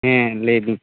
ᱦᱮᱸ ᱞᱟᱹᱭᱵᱮᱱ